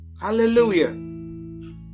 hallelujah